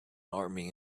army